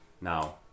now